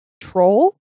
Troll